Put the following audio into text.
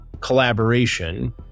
collaboration